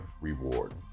reward